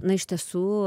na iš tiesų